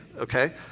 okay